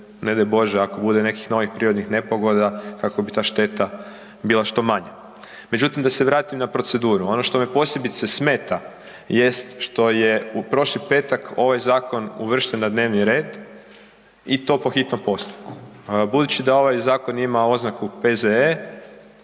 ne daj Bože ako bude nekih novih prirodnih nepogodi, kako bi ta šteta bila što manja. Međutim, da se vratim na proceduru. Ono što me posebice smeta jest što je u prošli petak ovaj zakon uvršten na dnevni red i to po hitnom postupku. Budući da ovaj zakon ima oznaku P.Z.E.